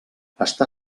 està